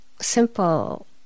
simple